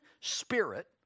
spirit